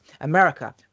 America